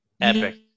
Epic